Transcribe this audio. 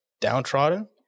downtrodden